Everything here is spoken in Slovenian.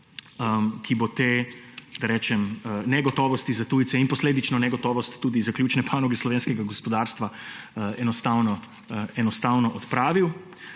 da rečem negotovosti za tujce in posledično negotovost tudi za ključne panoge slovenskega gospodarstva enostavno odpravil.